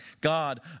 God